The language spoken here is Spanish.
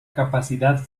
capacidad